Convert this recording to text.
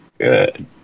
Good